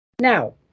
Now